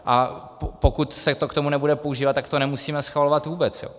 A pokud se to k tomu nebude používat, tak to nemusíme schvalovat vůbec.